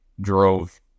drove